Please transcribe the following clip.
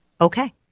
okay